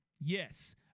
yes